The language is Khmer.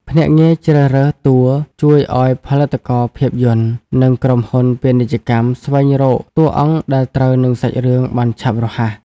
ភ្នាក់ងារជ្រើសរើសតួ ជួយឱ្យផលិតករភាពយន្ត និងក្រុមហ៊ុនពាណិជ្ជកម្មស្វែងរកតួអង្គដែលត្រូវនឹងសាច់រឿងបានឆាប់រហ័ស។